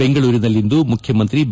ಬೆಂಗಳೂರಿನಲ್ಲಿಂದು ಮುಖ್ಯಮಂತ್ರಿ ಬಿ